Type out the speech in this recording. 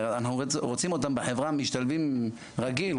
רוצים אותם בחברה משתלבים רגיל,